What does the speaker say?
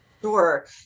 Sure